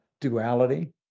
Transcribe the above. duality